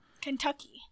Kentucky